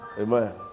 Amen